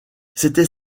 c’était